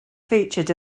featured